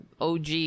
OG